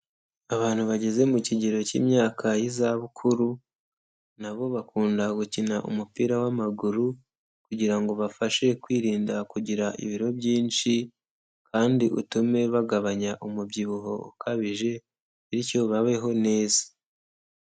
Abantu bageze mu kigero k'imyaka y'izabukuru, na bo bakunda gukina umupira w'amaguru kugira ngo ubafashe kwirinda kugira ibiro byinshi kandi utume bagabanya umubyibuho ukabije, bityo babeho neza.